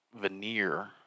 veneer